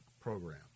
program